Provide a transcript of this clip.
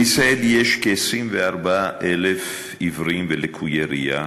בישראל יש כ-24,000 עיוורים ולקויי ראייה,